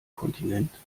kontinent